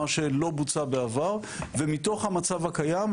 מה שלא בוצע בעבר ומתוך המצב הקיים,